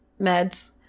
meds